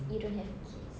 you don't have kids